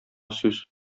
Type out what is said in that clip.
сүз